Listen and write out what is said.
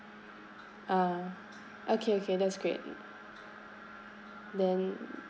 ah okay okay that's great then